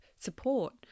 support